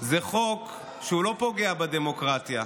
חוק שלא פוגע בדמוקרטיה.